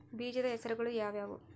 ಬೇಜದ ಹೆಸರುಗಳು ಯಾವ್ಯಾವು?